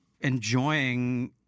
enjoying